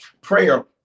prayer